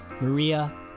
Maria